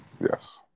Yes